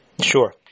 Sure